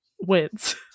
wins